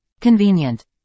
Convenient